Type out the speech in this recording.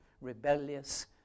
rebellious